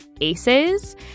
ACEs